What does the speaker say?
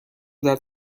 that